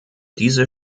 diese